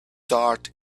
tart